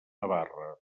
navarra